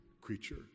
creature